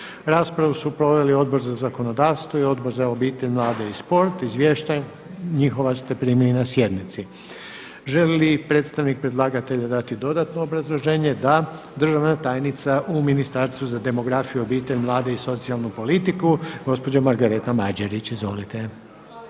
Raspravu su proveli Odbor za zakonodavstvo, Odbor za obitelj, mlade i sport. Izvješća ste njihova primili na sjednici. Želi li predstavnik predlagatelja dodatno obrazložiti? Da. Državna tajnica u Ministarstvu za demografiju, obitelj, mlade i socijalnu politiku gospođa Margareta Mađerić. Izvolite.